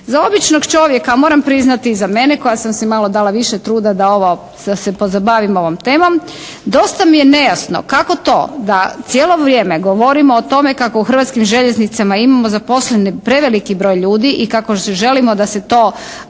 Za običnog čovjeka, moram priznati i za mene koja sam si malo dala više truda da ovo, da se pozabavim ovom temom dosta mi je nejasno kako to da cijelo vrijeme govorimo o tome kako u Hrvatskim željeznicama imamo zaposlene preveliki broj ljudi i kako želimo da se to